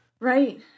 Right